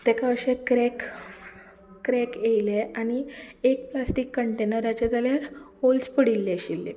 तेका अशे crack crack येयले आनी एक प्लास्टीक कंटेनराचेर जाल्यार होल्स पडिल्ले आशिल्ले